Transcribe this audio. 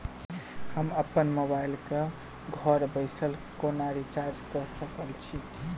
हम अप्पन मोबाइल कऽ घर बैसल कोना रिचार्ज कऽ सकय छी?